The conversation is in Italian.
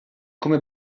come